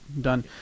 done